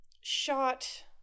shot